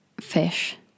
fish